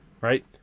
Right